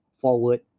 forward